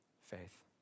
Faith